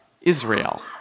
Israel